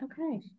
okay